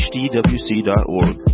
hdwc.org